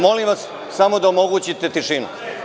Molim vas da omogućite tišinu.